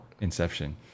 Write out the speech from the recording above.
Inception